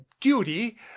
duty